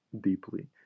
deeply